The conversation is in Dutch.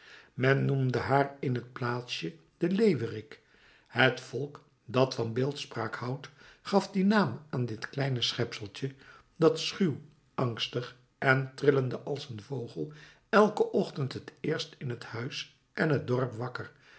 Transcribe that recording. men noemde haar in het plaatsje den leeuwerik het volk dat van beeldspraak houdt gaf dien naam aan dit kleine schepseltje dat schuw angstig en trillende als een vogel elken ochtend het eerst in het huis en het dorp wakker